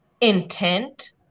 intent